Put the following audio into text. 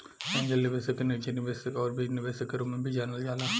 angel निवेशक के निजी निवेशक आउर बीज निवेशक के रूप में भी जानल जाला